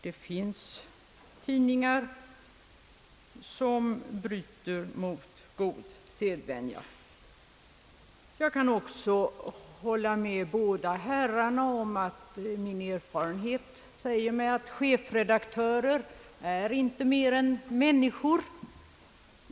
Det finns tidningar som bryter mot god sedvänja. Jag kan också hålla med båda herrarna om att min erfarenhet säger, att chefredaktörer »inte är mer än människor».